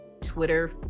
twitter